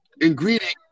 ingredient